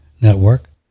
network